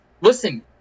listen